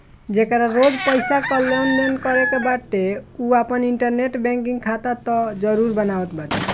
जेकरा रोज पईसा कअ लेनदेन करे के बाटे उ आपन इंटरनेट बैंकिंग खाता तअ जरुर बनावत बाटे